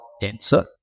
denser